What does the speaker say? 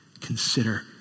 consider